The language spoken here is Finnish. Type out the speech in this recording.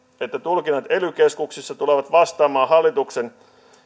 että tulkinnat ely keskuksissa tulevat vastaamaan hallituksen